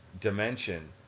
dimension